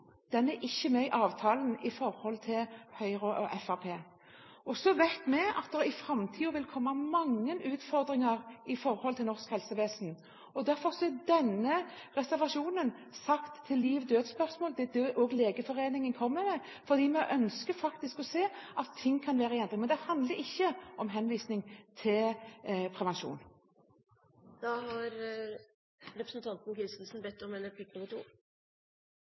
er ikke med i avtalen med Høyre og Fremskrittspartiet. Vi vet at det i framtiden vil komme mange utfordringer i norsk helsevesen. Derfor er denne reservasjonen sagt å være et spørsmål om liv og død – det er òg det Legeforeningen kommer med – fordi vi ønsker å si at ting faktisk kan være det. Men det handler ikke om utskriving av prevensjon. Representanten Bollestad har